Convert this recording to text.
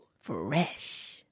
Fresh